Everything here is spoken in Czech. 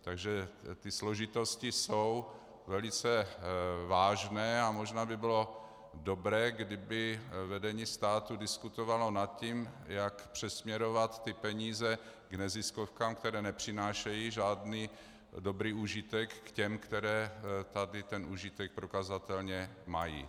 Takže ty složitosti jsou velice vážné a možná by bylo dobré, kdyby vedení státu diskutovalo nad tím, jak přesměrovat peníze od neziskovek, které nepřinášejí žádný dobrý užitek, k těm, které tady ten užitek prokazatelně mají.